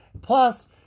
Plus